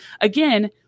again